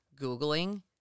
Googling